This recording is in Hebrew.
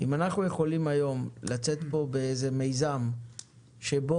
אם אנחנו יכולים היום לצאת במיזם שבו